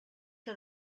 que